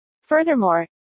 Furthermore